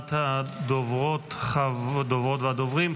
ראשונת הדוברות והדוברים,